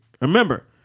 Remember